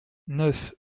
neuf